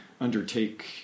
undertake